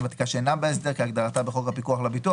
ותיקה שאינה בהסדר כהגדרתה בחוק הפיקוח על הביטוח.